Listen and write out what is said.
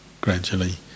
gradually